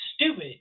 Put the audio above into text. stupid